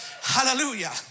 Hallelujah